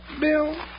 Bill